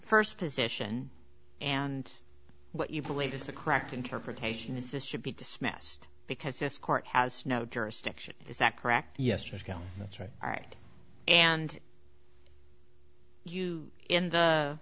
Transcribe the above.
first position and what you believe is the correct interpretation is this should be dismissed because this court has no jurisdiction is that correct yesterday that's right all right and you in the